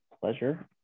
pleasure